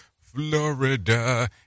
Florida